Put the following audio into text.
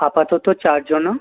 আপাতত চার জন